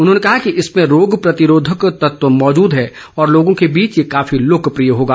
उन्होंने कहा कि इसमें रोग प्रतिरोधक तत्व मौजूद है और लोगों के बीच ये काफी लोकप्रिय होगा